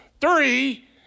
three